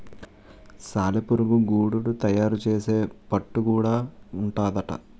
సాలెపురుగు గూడడు తయారు సేసే పట్టు గూడా ఉంటాదట